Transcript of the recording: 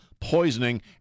poisoning